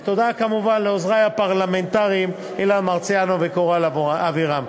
ותודה כמובן לעוזרי הפרלמנטריים אילן מרסיאנו וקורל אבירם.